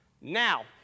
Now